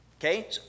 Okay